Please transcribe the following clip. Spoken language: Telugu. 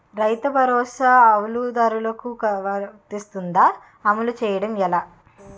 రైతు భరోసా కవులుదారులకు వర్తిస్తుందా? అమలు చేయడం ఎలా